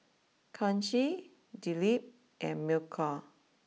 Kanshi Dilip and Milkha